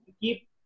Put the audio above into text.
keep